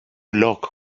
lock